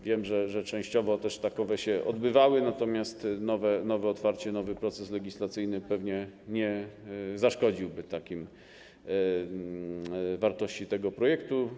Wiem, że częściowo takowe się odbywały, natomiast nowe otwarcie, nowy proces legislacyjny pewnie nie zaszkodziłby wartości tego projektu.